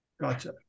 gotcha